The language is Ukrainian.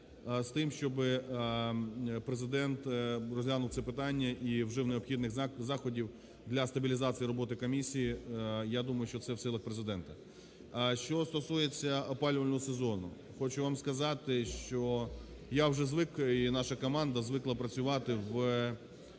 з тим, щоб Президент розглянув це питання і вжив необхідних заходів для стабілізації роботи комісії, я думаю, що це в силах Президента. Що стосується опалювального сезону? Хочу вам сказати, що я вже звик і наша команда звикла працювати в